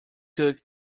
cook